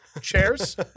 chairs